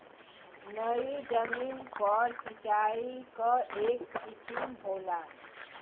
नयी जमीन पर सिंचाई क एक किसिम होला